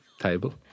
table